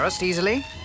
easily